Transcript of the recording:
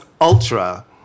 Ultra